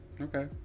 Okay